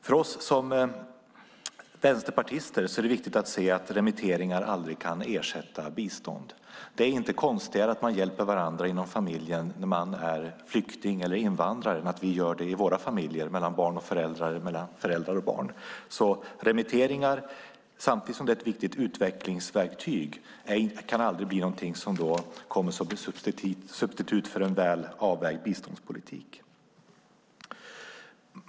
För oss som vänsterpartister är det viktigt att se att remitteringar aldrig kan ersätta bistånd. Det är inte konstigare att man hjälper varandra inom familjen när man är flykting eller invandrare än att vi gör det i våra familjer mellan barn och föräldrar eller mellan föräldrar och barn. Samtidigt som remitteringar är ett viktigt utvecklingsverktyg kan de aldrig bli någonting som blir substitut för en väl avvägd biståndspolitik.